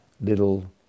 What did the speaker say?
little